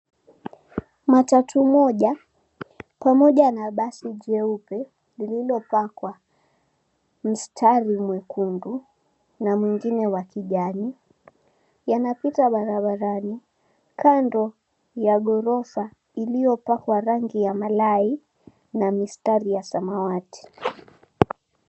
Matatu moja pamoja na basi jeupe lililopakwa mstari mwekundu na mwengine wa kijani yanapita barabarani, kando ya ghorofa iliyopakwa rangi ya malai na mistari ya samawati.